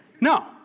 No